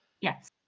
Yes